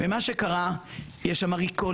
מה שקרה זה שיש שם Recalls